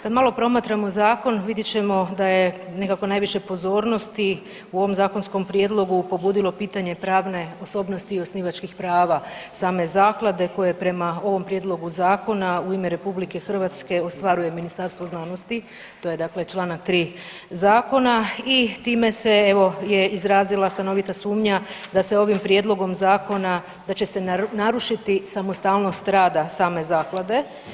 Kad malo promatramo zakon vidjet ćemo da je nekako najviše pozornosti u ovom zakonskom prijedlogu pobudilo pitanje pravne osobnosti i osnivačkih prava same zaklade koje prema ovom prijedlogu zakona u ime RH ostvaruje Ministarstvo znanosti, to je dakle čl. 3. zakona i time se je evo je izrazila stanovita sumnja da se ovim prijedlogom zakona da će se narušiti samostalnost rada same zaklade.